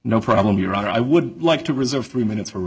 no problem your honor i would like to reserve three minutes for